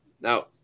now